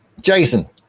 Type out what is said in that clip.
Jason